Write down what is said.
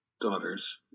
daughters